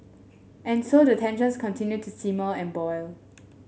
and so the tensions continue to simmer and boil